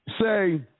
Say